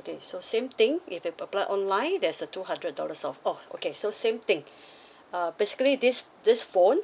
okay so same thing if you apply online there's a two hundred dollars off orh okay so same thing uh basically this this phone